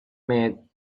met